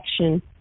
action